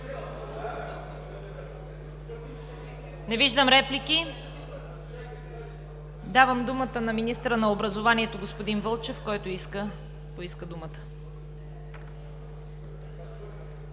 Не виждам реплики. Давам думата на министъра на образованието господин Вълчев, който поиска думата.